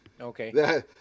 Okay